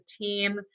team